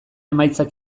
emaitzak